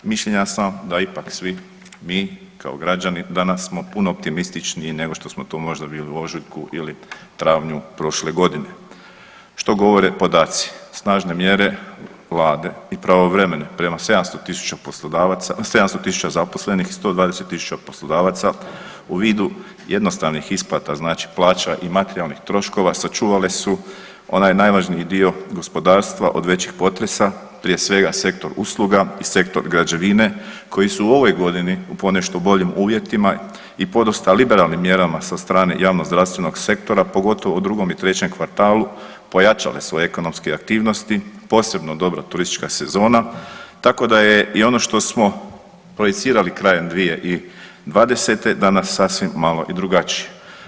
Mišljenja sam da ipak svi mi kao građani danas smo puno optimističniji nego što smo to možda bili u ožujku ili travnju prošle godine, što govore podaci, snažne mjere Vlade i pravovremene prema 700 tisuća poslodavaca, 700 tisuća zaposlenih, 120 tisuća poslodavaca, u vidu jednostavnih isplata, znači plaća i materijalnih troškova, sačuvale su onaj najvažniji dio gospodarstva od većih potresa, prije svega sektor usluga i sektor građevine koji su u ovoj godini u ponešto boljim uvjetima i podosta liberalnim mjerama sa strane javnozdravstvenog sektora, pogotovo u 2. i 3. kvartalu, pojačale svoje ekonomske aktivnosti, posebno dobro turistička sezona, tako da je i ono što smo projicirali krajem 2020., danas sasvim malo i drugačije.